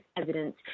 evidence